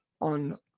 on